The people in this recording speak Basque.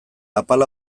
apala